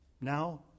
Now